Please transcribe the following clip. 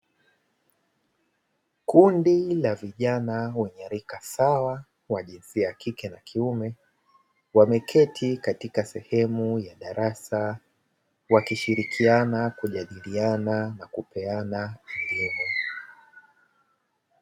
Kundi la vijana wenye rika sawa wa jinsia ya kike na wa kiume, wameketi katika sehemu ya darasa wakishirikiana kujadiliana na kupeana elimu.